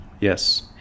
Yes